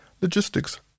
logistics